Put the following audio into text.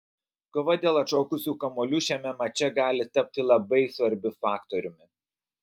kova dėl atšokusių kamuolių šiame mače gali tapti labai svarbiu faktoriumi